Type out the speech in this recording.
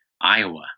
Iowa